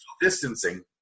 distancing